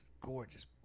Gorgeous